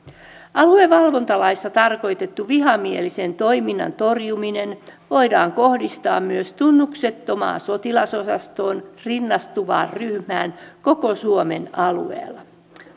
aluevalvontalaissa tarkoitettu vihamielisen toiminnan torjuminen voidaan kohdistaa myös tunnuksettomaan sotilasosastoon rinnastuvaan ryhmään koko suomen alueella